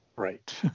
Right